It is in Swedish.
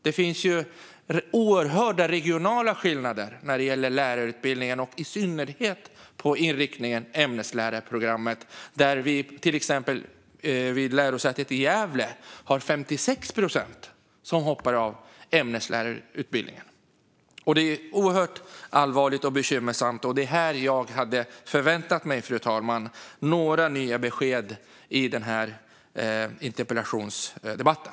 Det finns oerhörda regionala skillnader när det gäller lärarutbildningen och i synnerhet inriktningen ämneslärare. Vid till exempel lärosätet i Gävle hoppar 56 procent av ämneslärarutbildningen. Det är allvarligt och bekymmersamt. Jag hade förväntat mig några nya besked angående det i den här interpellationsdebatten.